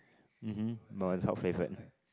um hmm but favourite